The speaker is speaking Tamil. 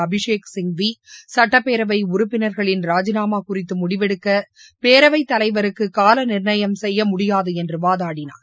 அபிஷேக் சிங்வி சட்டப்பேரவை உறுப்பினர்களின் ராஜினாமா குறித்து முடிவெடுக்க பேரவை தலைவருக்கு காலநிர்ணயம் செய்ய முடியாது என்று வாதாடினார்